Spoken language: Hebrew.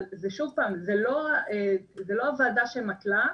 אבל שוב, זו לא הוועדה שמתלה,